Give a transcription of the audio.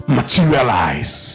materialize